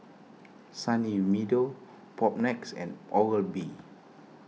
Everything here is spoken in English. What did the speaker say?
Sunny Meadow Propnex and Oral B